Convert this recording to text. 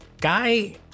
guy